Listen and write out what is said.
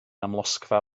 amlosgfa